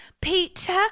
Peter